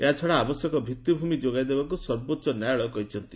ଏହାଛଡ଼ା ଆବଶ୍ୟକ ଭିଭିଭୂମି ଯୋଗାଇ ଦେବାକୁ ସର୍ବୋଚ୍ଚ ନ୍ୟାୟାଳୟ କହିଛନ୍ତି